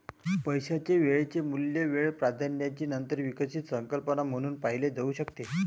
पैशाचे वेळेचे मूल्य वेळ प्राधान्याची नंतर विकसित संकल्पना म्हणून पाहिले जाऊ शकते